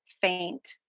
faint